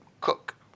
cook